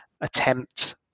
attempt